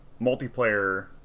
multiplayer